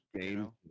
Game